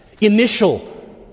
Initial